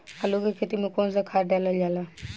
आलू के खेती में कवन सा खाद डालल जाला?